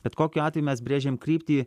bet kokiu atveju mes brėžėm kryptį